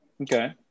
Okay